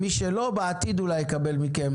מי שלא, בעתיד אולי יקבל מכם,